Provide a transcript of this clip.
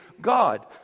God